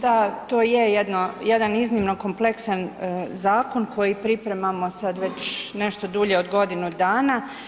Da, to je jedan iznimno kompleksan zakon koji pripremamo sad već nešto dulje od godinu dana.